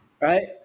right